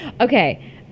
Okay